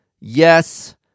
Yes